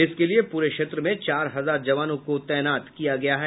इसके लिये पूरे क्षेत्र में चार हजार जवानों को तैनात किया गया है